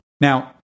Now